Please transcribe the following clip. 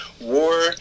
war